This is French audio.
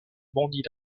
bandit